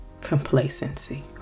Complacency